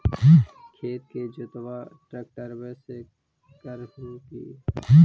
खेत के जोतबा ट्रकटर्बे से कर हू की?